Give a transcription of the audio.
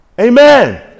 Amen